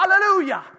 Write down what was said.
Hallelujah